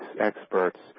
experts